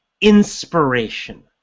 inspiration